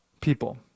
people